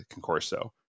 Concorso